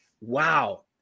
wow